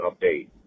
update